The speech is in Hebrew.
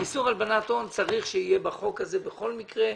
איסור הלבנת הון צריך שיהיה בחוק הזה בכל מקרה,